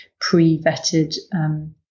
pre-vetted